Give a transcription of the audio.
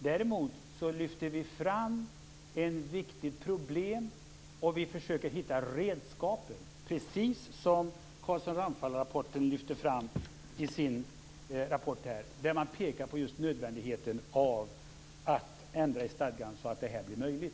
Däremot lyfter vi fram ett viktigt problem, och vi försöker hitta redskapen - precis det som lyfts fram i Carlsson-Ramphalrapporten. Där pekas på nödvändigheten av att ändra i stadgan så att det blir möjligt.